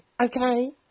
okay